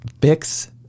Bix